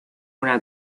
una